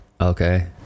Okay